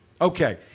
Okay